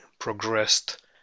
progressed